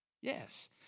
Yes